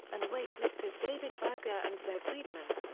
and weightlifters david berger and ze'ev friedman.